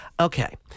Okay